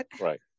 right